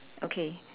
okay